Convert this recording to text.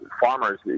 farmers